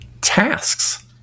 tasks